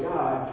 God